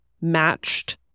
matched